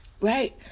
Right